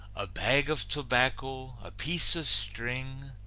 a bag of tobacco, a piece of string,